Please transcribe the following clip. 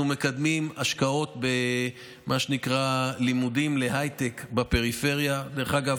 אנחנו מקדמים השקעות במה שנקרא "לימודים להייטק בפריפריה" דרך אגב,